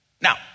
Now